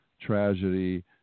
tragedy